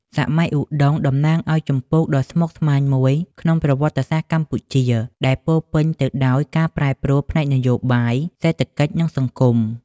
សម័យឧដុង្គតំណាងឱ្យជំពូកដ៏ស្មុគស្មាញមួយក្នុងប្រវត្តិសាស្ត្រកម្ពុជា ដែលពោរពេញទៅដោយការប្រែប្រួលផ្នែកនយោបាយ សេដ្ឋកិច្ច និងសង្គម។